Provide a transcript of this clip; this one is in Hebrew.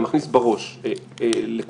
אני מכניס בראש לכולנו,